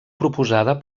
proposada